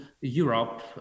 Europe